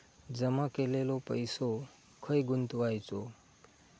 जमा केलेलो पैसो खय गुंतवायचो?